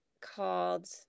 called